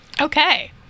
Okay